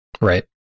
right